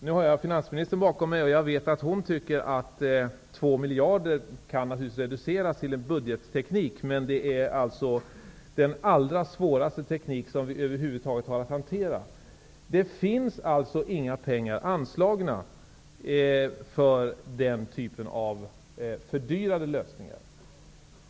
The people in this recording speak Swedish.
Nu sitter finansministern här bakom mig, och jag vet att hon tycker att 2 miljarder naturligtvis kan reduceras till budgetteknik, men det är den allra svåraste teknik som vi över huvud taget har att hantera. Det finns alltså inga pengar anslagna för den typen av fördyrade lösningar.